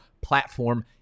platform